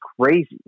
crazy